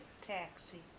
taxi